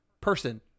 person